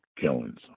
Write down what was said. killings